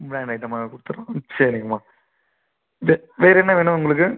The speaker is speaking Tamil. ப்ராண்ட் ஐட்டமாகவே கொடுத்துட்றோம் சரிங்கம்மா வே வேறு என்ன வேணும் உங்களுக்கு